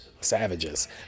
savages